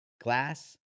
Glass